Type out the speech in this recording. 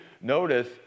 notice